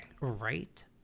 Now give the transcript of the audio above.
right